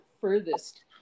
furthest